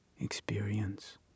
experience